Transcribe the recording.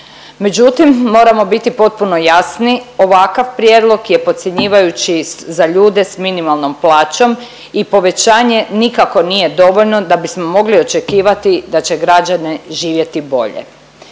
Međutim moramo biti potpuno jasni ovakav prijedlog je podcjenjivajući za ljude s minimalnom plaćom i povećanje nikako nije dovoljno da bismo mogli očekivati da će građani živjeti bolje.